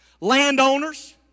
Landowners